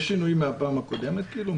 יש שינוי מהפעם הקודמת כאילו?